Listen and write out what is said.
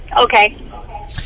Okay